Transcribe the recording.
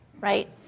right